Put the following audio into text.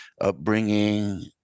upbringing